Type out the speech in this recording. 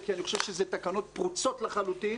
כי אני חושב שאלה תקנות פרוצות לחלוטין,